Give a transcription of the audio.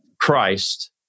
Christ